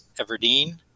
Everdeen